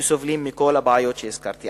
שסובלים מכל הבעיות שהזכרתי.